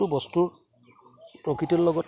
টো বস্তু প্ৰকৃতিৰ লগত